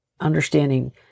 understanding